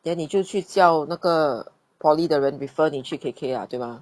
then 你就去叫那个 polytechnic 的人 refer 你去 K_K ah 对吧